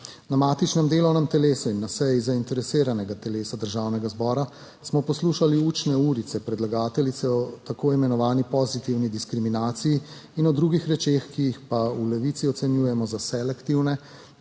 Na matičnem delovnem telesu in na seji zainteresiranega telesa Državnega zbora smo poslušali učne urice predlagateljice o tako imenovani pozitivni diskriminaciji in o drugih rečeh, ki pa jih v Levici ocenjujemo za selektivne